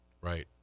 Right